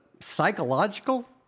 psychological